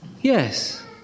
Yes